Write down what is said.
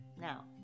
Now